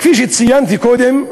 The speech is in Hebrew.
כפי שציינתי קודם,